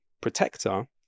protector